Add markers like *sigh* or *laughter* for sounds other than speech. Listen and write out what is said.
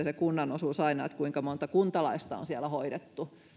*unintelligible* se kunnan osuushan menee aina sen mukaan kuinka monta kuntalaista on siellä hoidettu